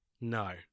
no